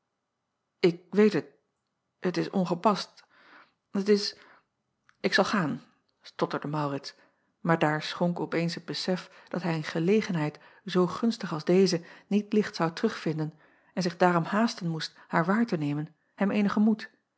k weet het het is ongepast het is ik zal gaan stotterde aurits maar daar schonk op eens het besef dat hij een gelegenheid zoo gunstig als deze niet licht zou terugvinden en zich daarom haasten moest haar waar te nemen hem eenigen moed